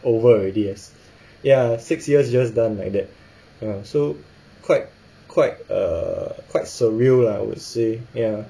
over already ya six years just done like that so quite quite uh quite surreal lah I would say ya